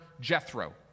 Jethro